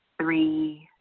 three,